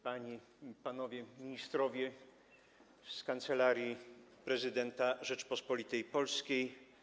Panie i Panowie Ministrowie z Kancelarii Prezydenta Rzeczypospolitej Polskiej!